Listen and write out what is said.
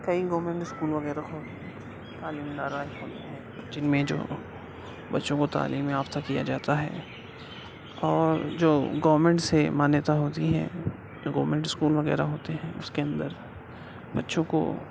کئی گورنمنٹ اسکولوں میں تعلیم ادارہ کھولے ہیں جن میں جو بچوں کو تعلیم یافتہ کیا جاتا ہے اور جو گورنمنٹ سے مانیتا ہوتی ہے گورنمنٹ اسکول وغیرہ ہوتے ہیں اس کے اندر بچوں کو